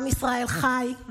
עם ישראל חי,